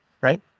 right